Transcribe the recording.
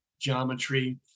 geometry